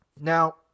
Now